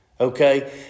Okay